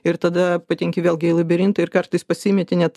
ir tada patenki vėlgi į labirintą ir kartais pasimeti net